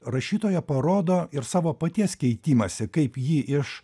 rašytoja parodo ir savo paties keitimąsi kaip ji iš